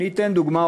אני אתן דוגמה.